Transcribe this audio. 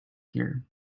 here